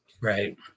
Right